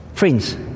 Friends